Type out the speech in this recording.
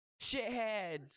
Shitheads